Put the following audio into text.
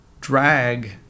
drag